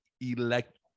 elect